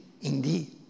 Indeed